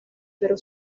pero